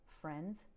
friends